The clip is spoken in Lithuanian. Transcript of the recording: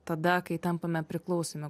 tada kai tampame priklausomi